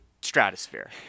stratosphere